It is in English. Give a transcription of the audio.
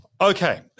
Okay